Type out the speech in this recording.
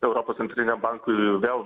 europos centriniam bankui vėl